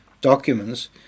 documents